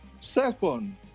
Second